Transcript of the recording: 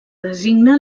designa